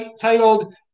titled